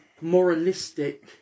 moralistic